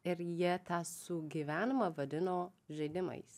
ir jie tą sugyvenimą vadino žaidimais